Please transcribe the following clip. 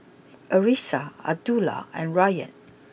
Arissa Abdullah and Rayyan